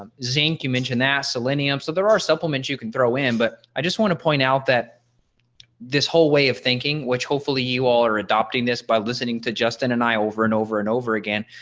um zinc you mentioned that selenium so there are supplements you can throw in but i just want to point out that this whole way of thinking which hopefully you all are adopting this by listening to justin and and i over and over and over again,